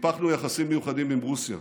טיפחנו יחסים מיוחדים עם רוסיה,